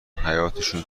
حیاطشون